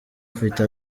afite